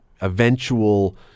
eventual